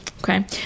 Okay